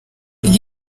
iyo